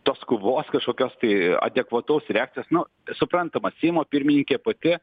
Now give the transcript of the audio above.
tos kovos kažkokios tai adekvataus reakcijos nu suprantama seimo pirmininkė pati